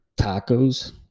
tacos